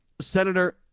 Senator